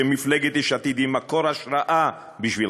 שמפלגת יש עתיד היא מקור השראה בשבילך.